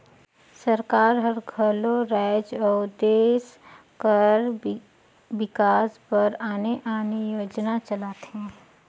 सरकार हर घलो राएज अउ देस कर बिकास बर आने आने योजना चलाथे